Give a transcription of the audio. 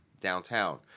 downtown